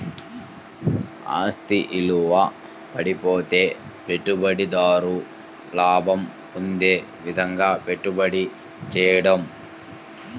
ఆస్తి విలువ పడిపోతే పెట్టుబడిదారు లాభం పొందే విధంగాపెట్టుబడి చేయడం